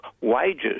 wages